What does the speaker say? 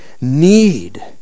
need